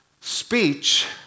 speech